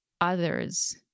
others